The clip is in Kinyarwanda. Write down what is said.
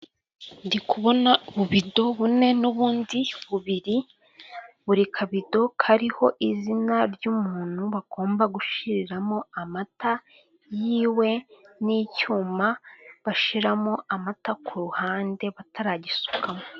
Ndi kubona ububido bune n'ubundi bubiri, buri kabido kariho izina ry'umuntu bagomba gushiriramo amata yiwe, n'icyuma bashiramo amata ku ruhande bataragisukamo.